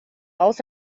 aus